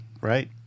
Right